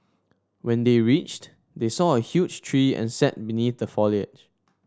when they reached they saw a huge tree and sat beneath the foliage